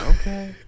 Okay